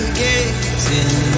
gazing